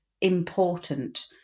important